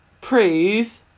prove